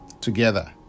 together